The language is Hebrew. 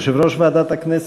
יושב-ראש ועדת הכנסת,